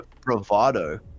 bravado